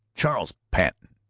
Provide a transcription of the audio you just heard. charles patten,